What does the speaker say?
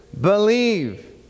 Believe